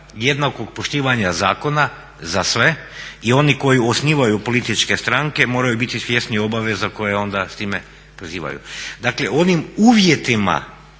jednakog poštivanja zakona za sve i oni koji osnivaju političke stranke moraj biti svjesni obaveza koje onda s time preuzimaju. Dakle, onim uvjetima